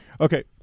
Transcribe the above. Okay